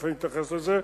ותיכף אני אתייחס לזה,